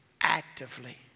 actively